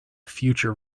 future